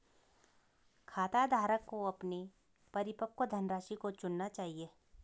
खाताधारक को अपने परिपक्व धनराशि को चुनना चाहिए